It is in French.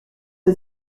une